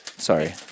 Sorry